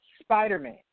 Spider-Man